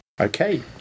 Okay